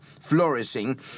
flourishing